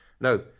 No